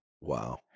Wow